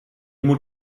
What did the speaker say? moet